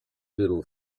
little